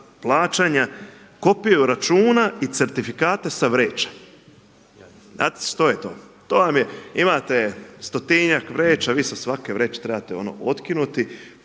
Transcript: plaćanja kopiju računa i certifikate sa vreća. Znate šta je to? To vam je, imate stotinjak vreća, vi sa svake vreće trebate otkinuti,